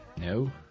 No